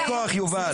יישר כוח, יובל.